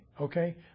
okay